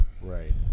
Right